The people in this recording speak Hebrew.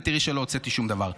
ותראי שלא הוצאתי שום דבר.